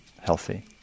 healthy